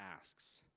asks